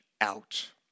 out